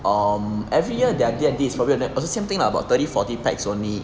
um every year they're D_N_D is probably also same thing about thirty forty pax only